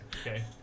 Okay